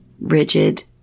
rigid